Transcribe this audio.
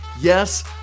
Yes